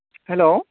hello